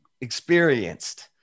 experienced